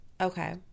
Okay